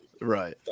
Right